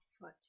foot